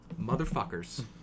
motherfuckers